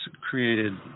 created